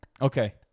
Okay